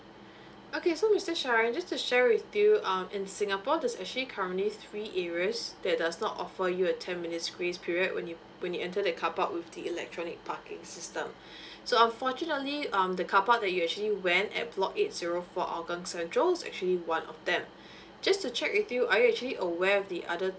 okay so mr sharan just to share with you um in singapore there is actually currently three areas that does not offer you a ten minutes grace period when you when you enter the car park with the electronic parking system so unfortunately um the carpark that you actually went at block eight zero for agang central actually one of them just to check with you are you actually aware of the other